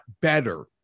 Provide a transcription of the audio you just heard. better